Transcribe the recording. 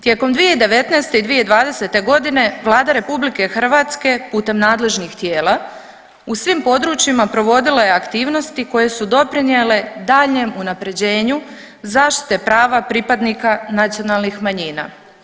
Tijekom 2019. i 2020.g. Vlada RH putem nadležnih tijela u svim područjima provodila je aktivnosti koje su doprinijele daljnjem unapređenju zaštite prava pripadnika nacionalnih manjina.